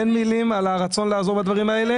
אין מילים על הרצון לעזור בדברים האלה.